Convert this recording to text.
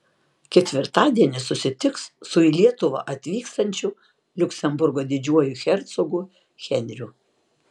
ketvirtadienį susitiks su į lietuvą atvykstančiu liuksemburgo didžiuoju hercogu henriu